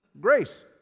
grace